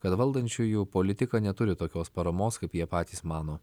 kad valdančiųjų politika neturi tokios paramos kaip jie patys mano